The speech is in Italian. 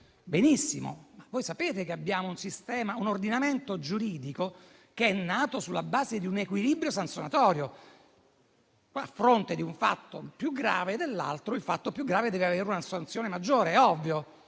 Benissimo, voi sapete che abbiamo un ordinamento giuridico che è nato sulla base di un equilibrio sanzionatorio: a fronte di un fatto più grave dell'altro, il fatto più grave deve avere una sanzione maggiore, com'è ovvio.